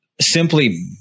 simply